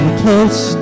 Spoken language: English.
close